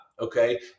Okay